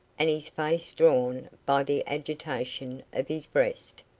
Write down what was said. and his face drawn by the agitation of his breast.